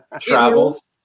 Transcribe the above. travels